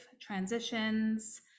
transitions